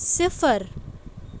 صِفر